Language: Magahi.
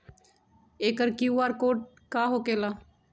एकर कियु.आर कोड का होकेला?